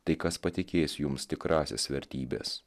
tai kas patikės jums tikrąsias vertybes